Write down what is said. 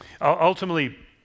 Ultimately